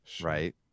right